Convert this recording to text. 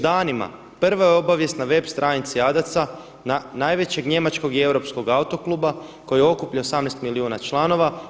Već danima, prva je obavijest na web. stranici Adaca najvećeg njemačkog i europskog autokluba koji okuplja 18 milijuna članova.